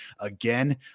again